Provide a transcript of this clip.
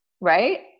right